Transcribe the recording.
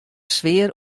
sfear